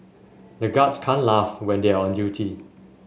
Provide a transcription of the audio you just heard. the guards can't laugh when they are on duty